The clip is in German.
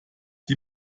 die